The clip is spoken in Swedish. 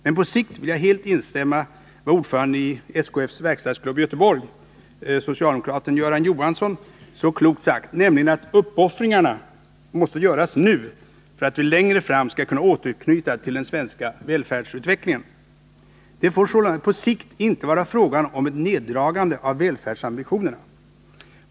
Men på sikt vill jag helt instämma i vad ordföranden i SKF:s verkstadsklubb i Göteborg, socialdemokraten Göran Johansson, så klokt sagt, nämligen att uppoffringarna måste göras nu för att vi längre fram skall kunna återknyta till den svenska välfärdsutvecklingen. Det får sålunda på sikt inte vara fråga om ett neddragande av välfärdsambitionerna.